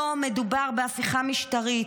לא מדובר בהפיכה משטרית,